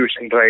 right